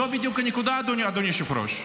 זו בדיוק הנקודה, אדוני היושב-ראש.